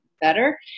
better